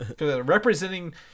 representing